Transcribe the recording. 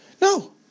No